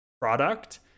product